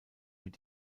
mit